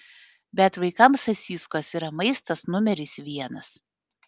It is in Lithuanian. bet vaikams sasyskos yra maistas numeris vienas